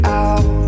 out